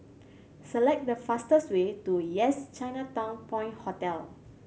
select the fastest way to Yes Chinatown Point Hotel